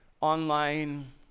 online